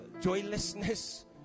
joylessness